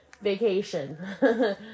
vacation